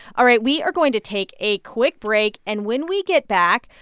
all right. we are going to take a quick break. and when we get back,